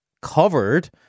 covered